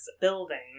building